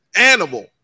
animal